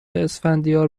اسفندیار